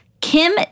Kim